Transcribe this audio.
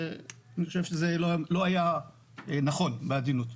אני חושב שזה לא היה נכון, בעדינות.